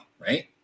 right